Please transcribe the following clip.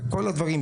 בכל הדברים,